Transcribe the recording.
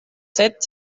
sept